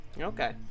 Okay